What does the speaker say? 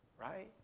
right